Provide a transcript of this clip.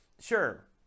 sure